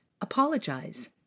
apologize